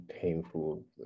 painful